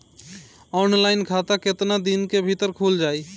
Online खाता केतना दिन के भीतर ख़ुल जाई?